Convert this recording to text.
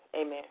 Amen